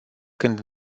când